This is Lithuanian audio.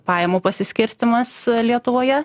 pajamų pasiskirstymas lietuvoje